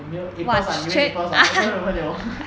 you know april ah near april ah 都没有喝酒